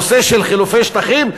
הנושא של חילופי שטחים,